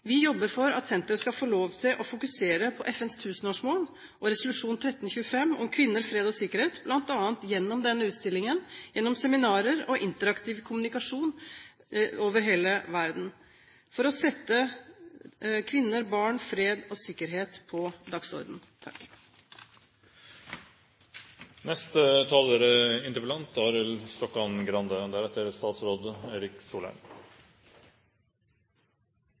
Vi jobber for at senteret skal få lov til å fokusere på FNs tusenårsmål og resolusjon 1325 om kvinner, fred og sikkerhet, bl.a. gjennom denne utstillingen, gjennom seminarer og interaktiv kommunikasjon over hele verden for å sette kvinner, barn, fred og sikkerhet på